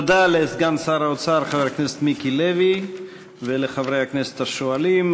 תודה לסגן שר האוצר חבר הכנסת מיקי לוי ולחברי הכנסת השואלים.